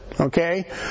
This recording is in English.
Okay